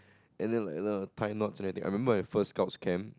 and then like I learn tie knots and everything I remember the first scouts camp